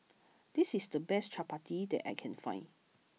this is the best Chapati that I can find